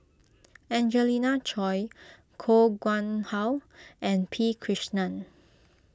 Angelina Choy Koh Nguang How and P Krishnan